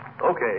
Okay